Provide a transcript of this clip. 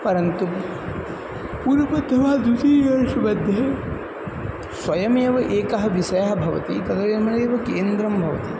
परन्तु पूर्वतमः द्वितीयवर्षमध्ये स्वयमेव एकः विषयः भवति मेव केन्द्रं भवति